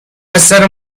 اثر